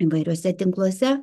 įvairiuose tinkluose